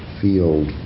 field